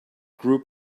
group